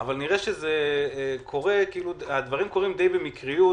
אבל נראה שהדברים קורים די במקריות,